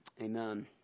Amen